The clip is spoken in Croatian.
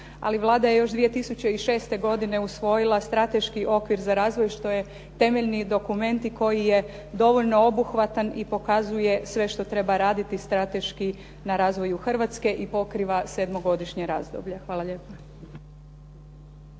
ali Vlada je još 2006. godine usvojila Strateški okvir za razvoj što je temeljni dokument koji je dovoljno obuhvatan i pokazuje sve što treba raditi strateški na razvoju Hrvatske i pokriva sedmogodišnje razdoblje. Hvala lijepo.